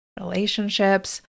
relationships